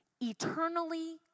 eternally